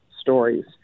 stories